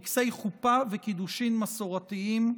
טקסי חופה וקידושין מסורתיים,